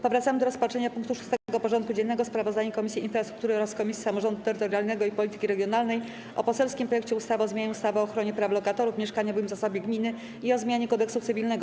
Powracamy do rozpatrzenia punktu 6. porządku dziennego: Sprawozdanie Komisji Infrastruktury oraz Komisji Samorządu Terytorialnego i Polityki Regionalnej o poselskim projekcie ustawy o zmianie ustawy o ochronie praw lokatorów, mieszkaniowym zasobie gminy i o zmianie Kodeksu cywilnego.